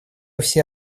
все